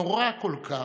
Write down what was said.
נורא כל כך,